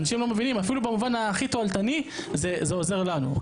אנשים לא מבינים שאפילו במובן הכי תועלתני זה עוזר לנו.